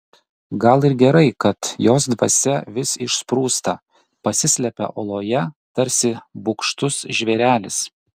gal ir gerai kad jos dvasia vis išsprūsta pasislepia oloje tarsi bugštus žvėrelis